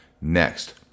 Next